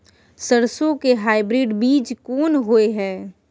सरसो के हाइब्रिड बीज कोन होय है?